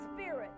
Spirit